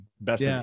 best